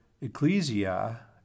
ecclesia